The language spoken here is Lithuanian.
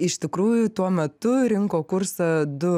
iš tikrųjų tuo metu rinko kursą du